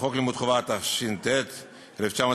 התש"ט 1949: